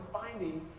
finding